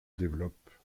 développe